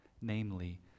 namely